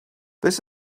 this